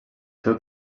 seu